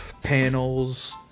panels